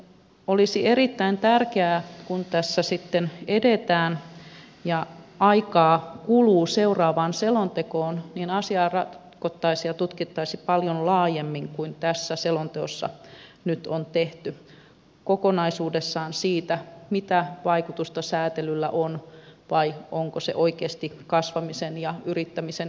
olisi erittäin tärkeää että kun tässä sitten edetään ja aikaa kuluu seuraavaan selontekoon niin asiaa ratkottaisiin ja tutkittaisiin paljon laajemmin kuin tässä selonteossa nyt on tehty kokonaisuudessaan sitä mitä vaikutusta säätelyllä on onko se oikeasti kasvamisen ja yrittämisen esteenä